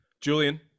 julian